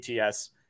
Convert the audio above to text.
ATS